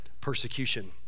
Persecution